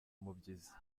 mubyizi